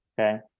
Okay